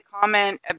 comment